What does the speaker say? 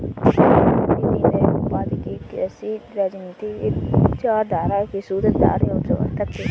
पण्डित दीनदयाल उपाध्याय एक ऐसी राजनीतिक विचारधारा के सूत्रधार एवं समर्थक थे